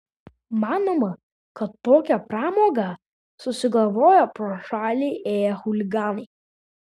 manoma kad tokią pramogą susigalvojo pro šalį ėję chuliganai